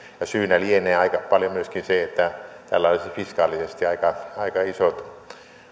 ja syynä lienee aika paljon myöskin se että tällä olisi fiskaalisesti aika isot